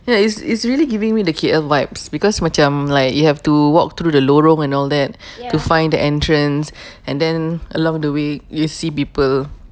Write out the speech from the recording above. ya it's it's really giving me the K_L vibes because macam like you have to walk through the lorong and all that to find the entrance and then along the way you see people